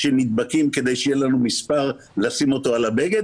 שנדבקים כדי שיהיה לנו מספר לשים אותו על הבגד,